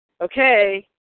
okay